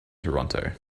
toronto